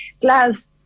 gloves